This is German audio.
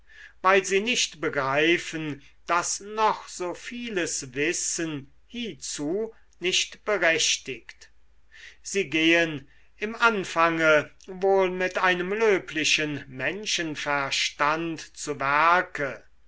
weil sie nicht begreifen daß noch so vieles wissen hiezu nicht berechtigt sie gehen im anfange wohl mit einem löblichen menschenverstand zu werke